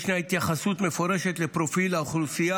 ישנה התייחסות מפורשת לפרופיל האוכלוסייה